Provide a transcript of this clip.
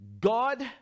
god